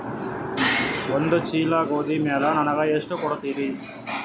ಒಂದ ಚೀಲ ಗೋಧಿ ಮ್ಯಾಲ ನನಗ ಎಷ್ಟ ಕೊಡತೀರಿ?